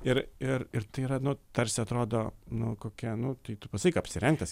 ir ir ir tai yra tarsi atrodo nu kokia nu tai tu pasakyk apsirenk tas